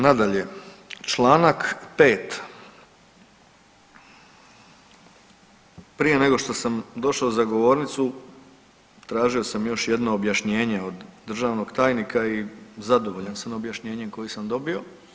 Nadalje, Članak 5. prije nego što sam došao za govornicu tražio sam još jedno objašnjenje od državnog tajnika i zadovoljan sam objašnjenjem koji sam dobio.